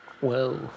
Whoa